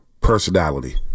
personality